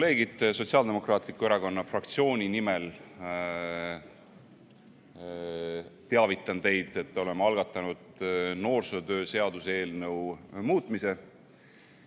kolleegid! Sotsiaaldemokraatliku Erakonna fraktsiooni nimel teavitan teid, et oleme algatanud noorsootöö seaduse muutmise